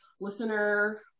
listener